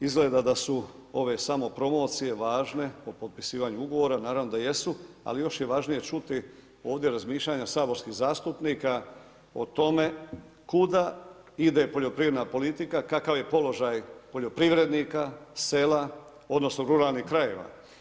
Izgleda da su ove samopromocije važne o potpisivanju ugovora, naravno da jesu ali još je važnije čuti ovdje razmišljanja saborskih zastupnika o tome kuda ide poljoprivredna politika, kakav je položaj poljoprivrednika, sela, odnosno ruralnih krajeva.